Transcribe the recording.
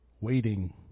waiting